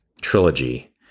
trilogy